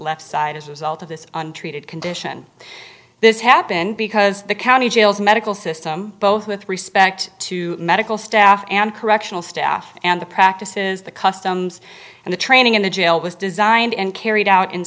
left side as a result of this untreated condition this happened because the county jails medical system both with respect to medical staff and correctional staff and the practices the customs and the training in the jail was designed and carried out in